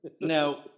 Now